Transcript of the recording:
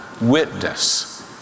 witness